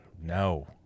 No